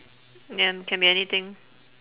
ya can be anything